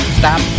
stop